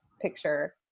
picture